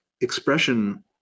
expression